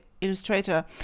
illustrator